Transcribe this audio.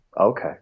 Okay